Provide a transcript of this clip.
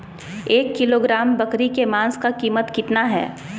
एक किलोग्राम बकरी के मांस का कीमत कितना है?